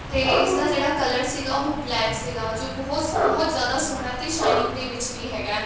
ਅਤੇ ਇਸ ਦਾ ਜਿਹੜਾ ਕਲਰ ਸੀਗਾ ਉਹ ਬਲੈਕ ਸੀਗਾ ਜੋ ਬਹੁਤ ਸ ਬਹੁਤ ਜ਼ਿਆਦਾ ਸੋਹਣਾ ਅਤੇ ਸ਼ਾਈਨਿੰਗ ਦੇ ਵਿੱਚ ਵੀ ਹੈਗਾ